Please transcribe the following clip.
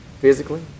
physically